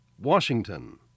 Washington